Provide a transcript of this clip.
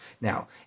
Now